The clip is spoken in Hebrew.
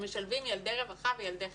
שמשלבים ילדי רווחה וילדי חינוך.